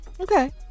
Okay